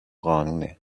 قانونه